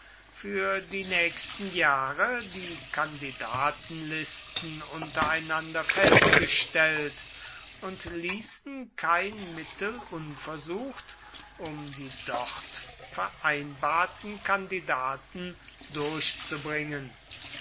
für die nächsten jahre die kandidatenlisten untereinander festgestellt und ließen kein mittel unversucht um die dort vereinbarten kandidaten durchzubringen